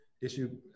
issue